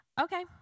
Okay